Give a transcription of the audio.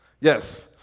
Yes